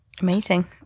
Amazing